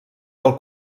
del